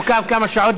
עוכב כמה שעות,